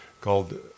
called